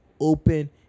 open